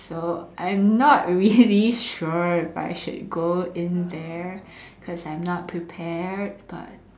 so I am not really sure but I should go in there because I am not prepared but